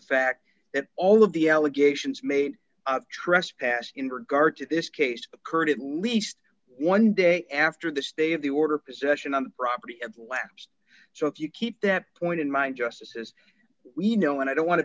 fact that all of the allegations made trespass in regard to this case occurred at least one day after the stay of the order possession of the property of lapsed so if you keep that point in mind justices we know and i don't want to